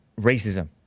racism